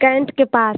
cantt के पास